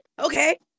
Okay